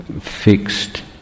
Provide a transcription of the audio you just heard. fixed